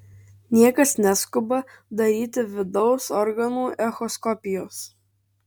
niekas neskuba daryti vidaus organų echoskopijos